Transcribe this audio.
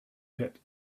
pit